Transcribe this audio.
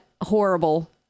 horrible